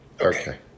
Okay